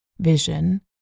vision